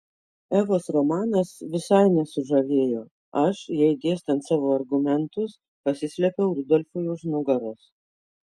evos romanas visai nesužavėjo aš jai dėstant savo argumentus pasislėpiau rudolfui už nugaros